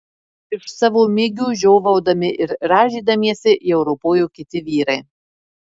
iš savo migių žiovaudami ir rąžydamiesi jau ropojo kiti vyrai